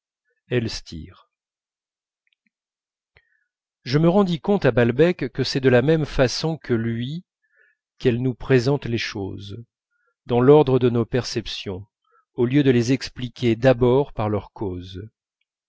elstir je me rendis compte à balbec que c'est de la même façon que lui qu'elle nous présente les choses dans l'ordre de nos perceptions au lieu de les expliquer d'abord par leur cause